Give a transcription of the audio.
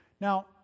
Now